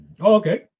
okay